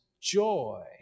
joy